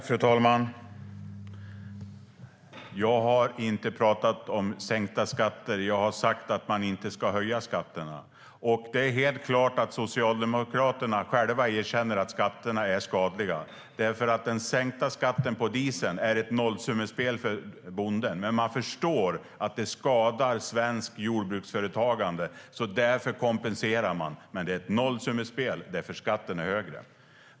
Fru talman! Jag har inte pratat om sänkta skatter. Jag har sagt att man inte ska höja skatterna. Det är helt klart att Socialdemokraterna själva erkänner att skatterna är skadliga. Den sänkta skatten på diesel är ett nollsummespel för bonden. Men man förstår att det skadar svenskt jordbruksföretagande, och därför kompenserar man. Men det är ett nollsummespel, för skatten är högre.